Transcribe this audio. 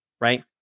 right